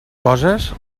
coses